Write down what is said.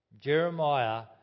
Jeremiah